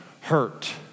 hurt